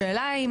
השאלה היא,